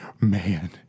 man